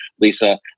Lisa